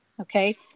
Okay